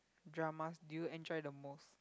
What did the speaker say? dramas do you enjoy the most